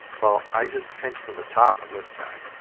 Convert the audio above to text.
well i just pinched from the top on this guy.